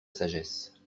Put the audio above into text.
sagesse